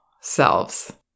selves